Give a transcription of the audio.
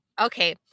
Okay